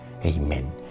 Amen